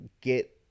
get